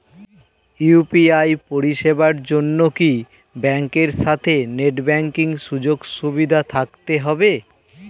UPI পরিষেবার জন্য কি ব্যাংকের সাথে নেট ব্যাঙ্কিং সুযোগ সুবিধা থাকতে হবে?